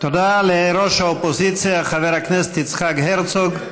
תודה לראש האופוזיציה חבר הכנסת יצחק הרצוג.